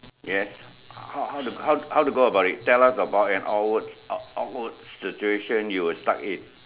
yes how how how to go about it tell us about an awk awkward situation you were stuck in